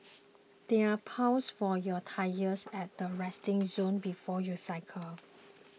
there are pumps for your tyres at the resting zone before you cycle